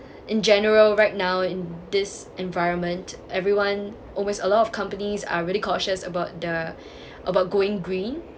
in general right now in this environment everyone a lot of companies are really cautious about the about going green